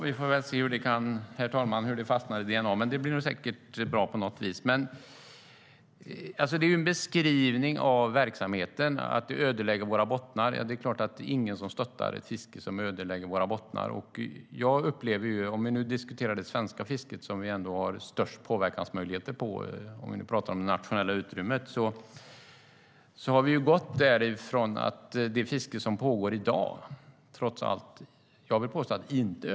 Herr talman! Vi får väl se hur det fastnar i dna, men det blir säkert bra på något vis. Det är en beskrivning av verksamheten. Detta ödelägger våra bottnar. Det är klart att ingen stöttar ett fiske som ödelägger våra bottnar. Om vi nu diskuterar det svenska fisket, som vi ändå har störst påverkansmöjligheter på om vi talar om det nationella utrymmet, har vi gått från ett läge till att det fiske som pågår i dag trots allt inte ödelägger våra bottnar.